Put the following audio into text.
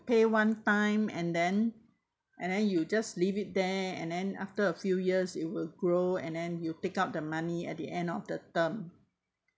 pay one time and then and then you just leave it there and then after a few years it will grow and then you pick up the money at the end of the term